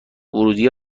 ورودی